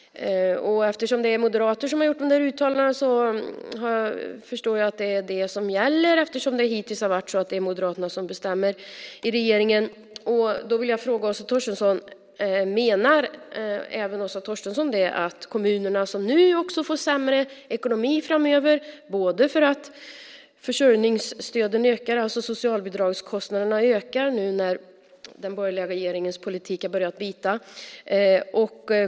Eftersom det är moderater som har gjort uttalandena förstår jag att det är det som gäller. Hittills har det ju varit så att det är Moderaterna som bestämmer i regeringen. Kommunerna får sämre ekonomi framöver eftersom försörjningsstöden, det vill säga socialbidragskostnaderna, ökar nu när den borgerliga regeringens politik börjar bita.